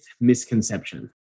misconception